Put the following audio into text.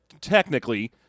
technically